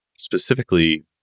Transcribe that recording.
specifically